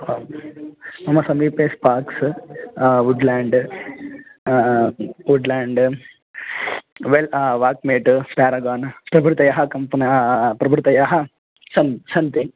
मम समीपे Sparks Woodland Woodland वेल् वाल्क्मेट् प्यारगान् प्रभृतयः कम्पना प्रभृतयः सं सन्ति